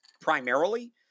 primarily